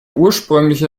ursprüngliche